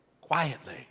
quietly